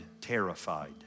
terrified